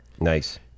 Nice